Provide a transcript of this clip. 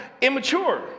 immature